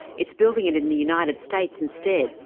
it's building it in the united states instead,